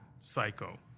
psycho